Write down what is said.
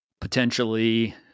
potentially